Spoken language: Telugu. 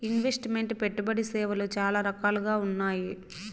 ఇన్వెస్ట్ మెంట్ పెట్టుబడి సేవలు చాలా రకాలుగా ఉన్నాయి